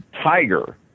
tiger